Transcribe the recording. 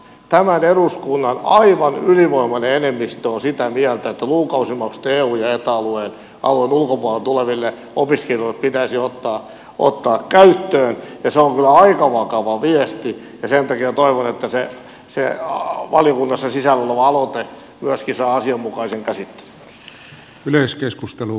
tämän eduskunnan aivan ylivoimainen enemmistö on sitä mieltä että lukukausimaksut eu ja eta alueen ulkopuolelta tuleville opiskelijoille pitäisi ottaa käyttöön ja se on kyllä aika vakava viesti ja sen takia toivon että se valiokunnassa sisällä oleva aloite myöskin saa asianmukaisen käsittelyn